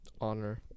Honor